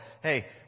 hey